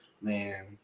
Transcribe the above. man